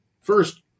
First